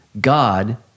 God